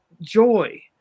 joy